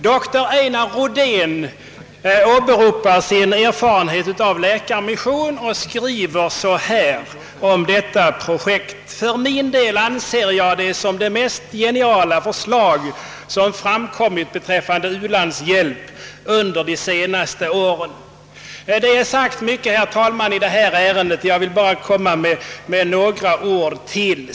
Doktor Einar Rodén åberopar sin erfarenhet av läkarmission och skriver om detta projekt: »För min del anser jag det som det mest geniala förslag som framkommit beträffande u-landshjälp under de senaste åren.» Det har sagts mycket, herr talman, i detta ärende, och jag vill bara säga några ord till.